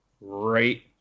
right